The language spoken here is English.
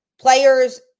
players